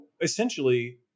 essentially